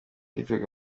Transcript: witwaga